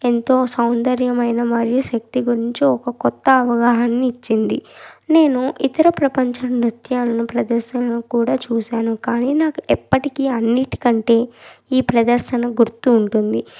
ఎంతో సౌందర్యమైన మరియు శక్తి గురించి ఒక కొత్త అవగాహన్ని ఇచ్చింది నేను ఇతర ప్రపంచ నృత్యాలను ప్రదర్శనలు కూడా చూసాను కానీ నాకు ఎప్పటికీ అన్నింటికంటే ఈ ప్రదర్శన గుర్తు ఉంటుంది